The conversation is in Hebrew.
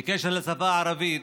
בקשר לשפה הערבית,